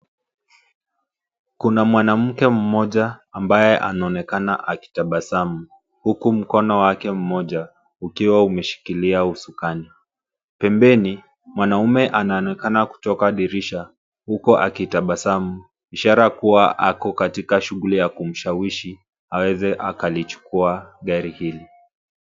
Kuna mwanamke mmoja ambaye anaonekana akitabasamu huku mkono wake mmoja ukiwa umeshikilia usukani. Pembeni mwanamume anaonekana kutoka dirisha huku akitabasamu ishara kuwa ako katika shughuli ya kumshawishi aweze akalichukua gari hili.